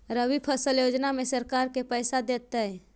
रबि फसल योजना में सरकार के पैसा देतै?